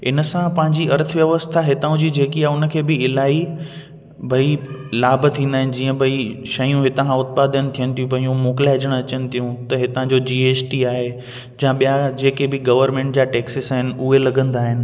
इन सां पंहिंजी अर्थव्यवस्था जेकी हूंदी आहे उन खे बि इलाही भाई लाभ थींदा आहिनि जीअं भाई शयूं इतां खां उत्पादन थियनि थियूं पयूं मोकिलाइजण अचनि थियूं त हितां जो जी एस टी आहे जा ॿिया जेके बि गवर्नमेंट जा टेक्सिस आहिनि उहे लॻंदा आहिनि